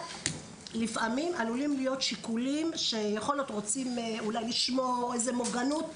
לפעמים עלולים להיות שיקולים שיכול להיות רוצים אולי לשמור איזה מוגנות,